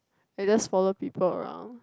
I just follow people around